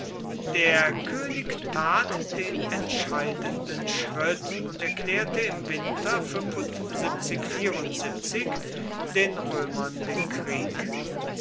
der könig tat den entscheidenden schritt und erklärte im winter den römern den krieg